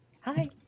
Hi